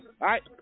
right